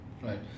right